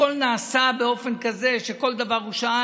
הכול נעשה באופן כזה שכל דבר הוא שאל.